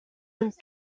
une